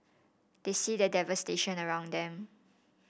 they see the devastation around them